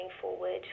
forward